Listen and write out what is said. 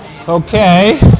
Okay